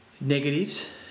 Negatives